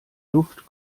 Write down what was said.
duft